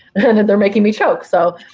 and and they're making me choke. so